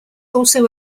also